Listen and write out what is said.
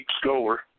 score